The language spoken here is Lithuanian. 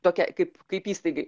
tokiai kaip kaip įstaigai